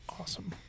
Awesome